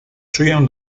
czuję